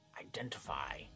identify